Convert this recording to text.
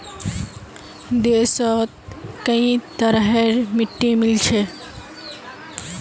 देशत कई तरहरेर मिट्टी मिल छेक